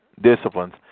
Disciplines